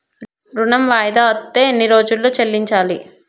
ఋణం వాయిదా అత్తే ఎన్ని రోజుల్లో చెల్లించాలి?